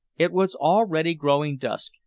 it was already growing dusk,